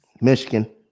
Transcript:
Michigan